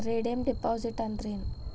Redeem deposit ಅಂದ್ರೇನ್?